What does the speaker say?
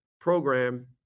program